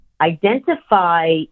identify